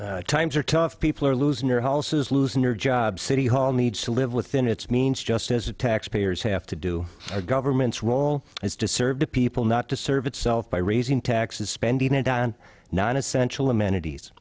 time times are tough people are losing their houses losing your job city hall needs to live within its means just as the taxpayers have to do the government's role is to serve the people not to serve itself by raising taxes spending and on non essential amenities